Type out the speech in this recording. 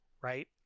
right